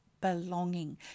Belonging